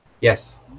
Yes